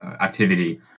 activity